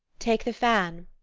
take the fan,